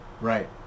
Right